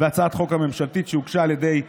והצעת החוק הממשלתית שהוגשה על ידי המשרד,